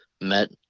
met